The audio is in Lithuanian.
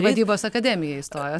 vadybos akademiją įstojot